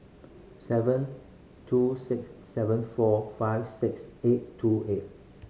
seven two six seven four five six eight two eight